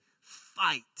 fight